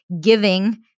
giving